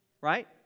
right